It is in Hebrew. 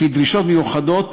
לפי דרישות מיוחדות,